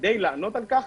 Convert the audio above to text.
כדי לענות על כך